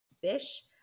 fish